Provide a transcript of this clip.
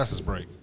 break